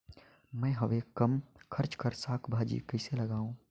मैं हवे कम खर्च कर साग भाजी कइसे लगाव?